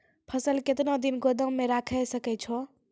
फसल केतना दिन गोदाम मे राखै सकै छौ?